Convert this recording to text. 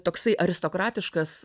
toksai aristokratiškas